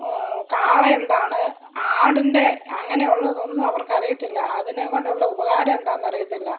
കാള എന്താണ് ആടിൻ്റെ അങ്ങനെയുള്ളതൊന്നും അവർക്ക് അറിയത്തില്ല അതിനെ കൊണ്ടുള്ള ഉപകാരം എന്താണെന്നറിയത്തില്ല